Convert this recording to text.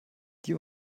die